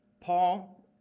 Paul